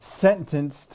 Sentenced